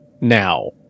Now